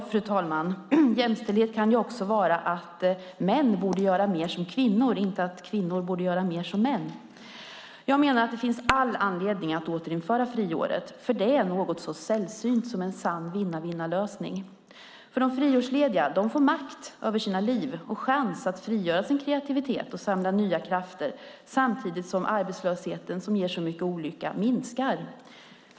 Fru talman! Jämställdhet kan också vara att män borde göra mer som kvinnor, inte bara att kvinnor borde göra mer som män. Jag menar att det finns all anledning att återinföra friåret, för det är något så sällsynt som en sann vinna-vinna-lösning. De friårslediga får makt över sina liv och chans att frigöra sin kreativitet och samla nya krafter, samtidigt som arbetslösheten, som ger så mycket olycka, minskar.